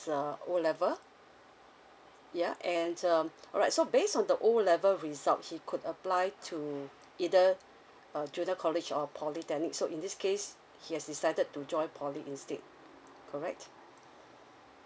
err O level yeah and um alright so based on the O level result he could apply to either a junior college or polytechnic so in this case he has decided to join poly instead correct